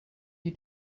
you